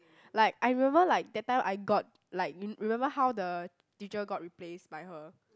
like I remember like that time I got like re~ remember how the teacher got replaced by her